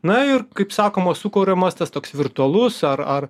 na ir kaip sakoma sukuriama tas toks virtualus ar ar